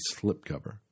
slipcover